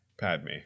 padme